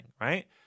right